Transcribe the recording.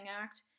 act